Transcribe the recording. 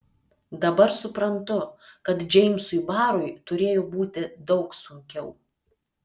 dabar suprantu kad džeimsui barui turėjo būti daug sunkiau